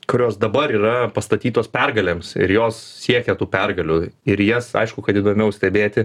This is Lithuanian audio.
kurios dabar yra pastatytos pergalėms ir jos siekia tų pergalių ir jas aišku kad įdomiau stebėti